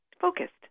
focused